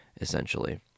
essentially